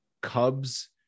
Cubs